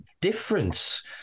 difference